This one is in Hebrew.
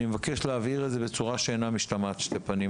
אני מבקש להבהיר את זה בצורה שאינה משתמעת לשתי פנים.